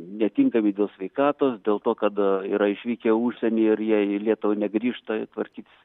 netinkami dėl sveikatos dėl to kada yra išvykę į užsienį ir jie į lietuvą negrįžta tvarkytis